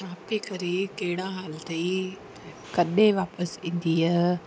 छा पई करी कहिड़ा हाल अथई कॾहिं वापिसि ईंदीअ